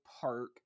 park